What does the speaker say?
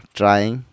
trying